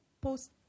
post